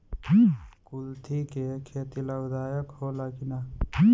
कुलथी के खेती लाभदायक होला कि न?